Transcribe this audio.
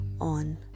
on